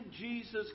Jesus